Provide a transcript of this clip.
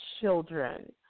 children